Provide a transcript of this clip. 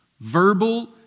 verbal